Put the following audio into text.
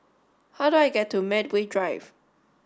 how do I get to Medway Drive